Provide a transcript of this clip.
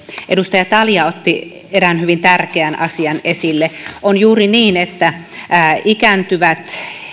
edustaja talja otti erään hyvin tärkeän asian esille on juuri niin että ikääntyvien